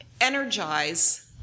energize